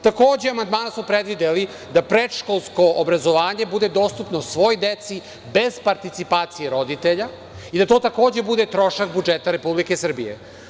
Takođe, amandmanom smo predvideli da predškolsko obrazovanje bude dostupno svoj deci bez participacije roditelja i da to takođe bude trošak budžeta Republike Srbije.